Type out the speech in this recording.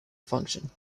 function